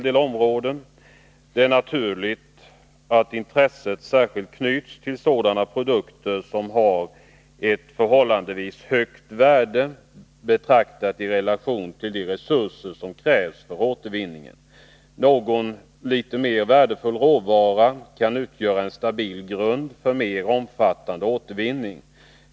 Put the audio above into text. Det är naturligt att intresset särskilt knyts till sådana produkter som har ett förhållandevis högt värde, betraktat i relation till de resurser som krävs för återvinningen. Någon litet mer värdefull råvara kan utgöra en stabil grund för mer omfattande återvinning.